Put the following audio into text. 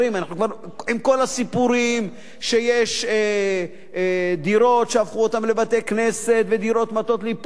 עם כל הסיפורים שיש דירות שהפכו אותן לבתי-כנסת ודירות מטות לנפול,